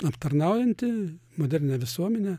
aptarnaujanti modernią visuomenę